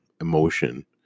emotion